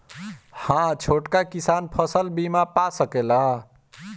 हा छोटा किसान फसल बीमा पा सकेला?